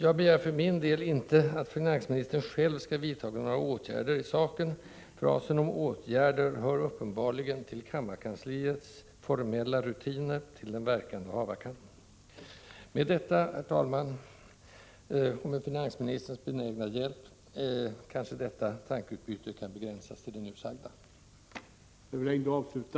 Jag begär för min del inte att finansministern själv skall vidta några åtgärder i saken. Frasen om ”åtgärder” hör uppenbarligen till kammarkansliets formella rutiner, till den verkan det hava kan. Med detta, herr talman, och med finansministerns benägna hjälp kanske detta tankeutbyte kan begränsas till det nu sagda.